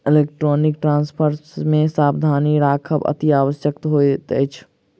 electronic transfer मे सावधानी राखब अतिआवश्यक होइत अछि